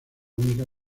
única